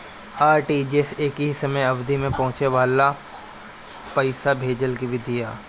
RTGS एकही समय अवधि में पहुंचे वाला पईसा भेजला के विधि हवे